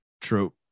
true